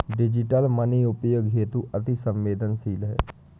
digital money उपयोग हेतु अति सवेंदनशील है